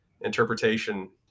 interpretation